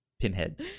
Pinhead